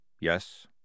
Yes